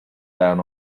down